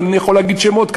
אבל אני יכול להגיד כאן שמות,